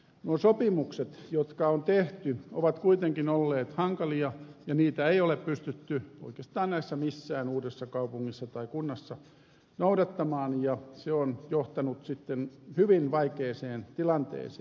nuo sopimukset jotka on tehty ovat kuitenkin olleet hankalia ja niitä ei ole pystytty oikeastaan missään uudessa kaupungissa tai kunnassa noudattamaan ja se on johtanut sitten hyvin vaikeaan tilanteeseen